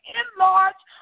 enlarge